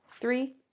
three